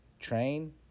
train